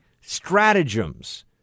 stratagems